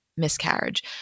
miscarriage